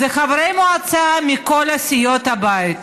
ואלה חברי מועצה מכל סיעות הבית,